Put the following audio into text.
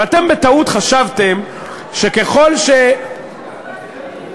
אבל אתם בטעות חשבתם שככל שאתם,